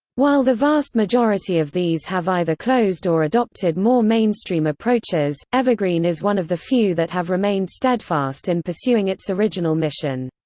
while the vast majority of these have either closed or adopted more mainstream approaches, evergreen is one of the few that have remained steadfast in pursuing its original mission.